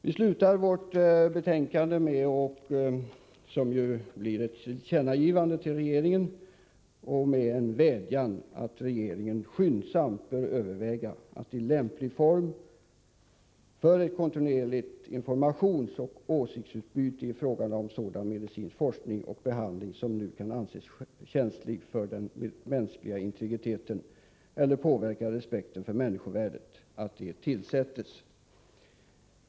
Vi slutar vårt betänkande med ett förslag om ett tillkännagivande till regeringen och med en vädjan att regeringen skyndsamt skall överväga en lämplig form för ett kontinuerligt informationsoch åsiktsutbyte i fråga om sådan medicinsk forskning och behandling som kan anses känslig för den mänskliga integriteten eller påverka respekten för människovärdet.